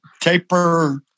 taper